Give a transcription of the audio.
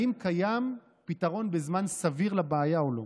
האם קיים פתרון בזמן סביר לבעיה או לא.